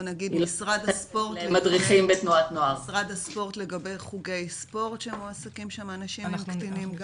בוא נגיד משרד הספורט לגבי חוגי ספורט שמועסקים שם אנשים עם קטינים,